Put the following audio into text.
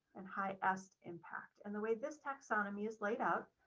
and high test impact and the way this taxonomy is laid out,